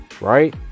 right